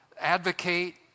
advocate